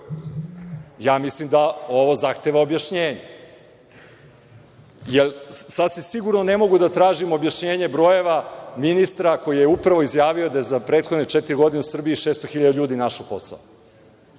Mislim da ovo zahteva objašnjenje. Jer, sasvim sigurno ne mogu da tražim objašnjenje brojeva ministra koji je upravo izjavio da je za prethodne četiri godine u Srbiji 600.000 ljudi našlo posao.